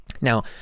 Now